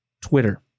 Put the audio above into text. Twitter